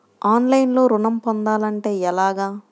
ఆన్లైన్లో ఋణం పొందాలంటే ఎలాగా?